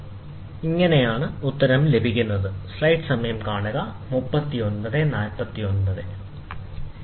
ഇത് കൂട്ടിച്ചേർക്കലാണ് ഇത് കുറയ്ക്കലാണെന്ന് നിങ്ങൾക്ക് കാണാൻ കഴിയും നിങ്ങൾ നേടാൻ ശ്രമിക്കുന്നു ഇങ്ങനെയാണ് ഉത്തരം ലഭിക്കുന്നത് ശരി